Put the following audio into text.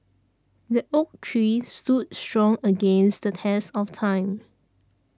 the oak tree stood strong against the test of time